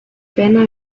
pena